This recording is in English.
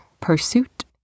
pursuit